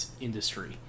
industry